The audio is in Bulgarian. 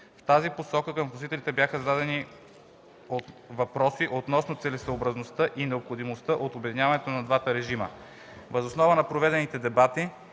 В тази посока към вносителите бяха задавани въпроси относно целесъобразността и необходимостта от обединяването на двата режима.